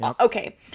okay